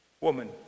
Woman